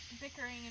bickering